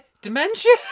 dementia